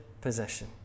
possession